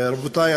רבותי,